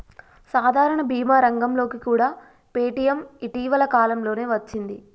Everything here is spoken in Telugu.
సాధారణ భీమా రంగంలోకి కూడా పేటీఎం ఇటీవల కాలంలోనే వచ్చింది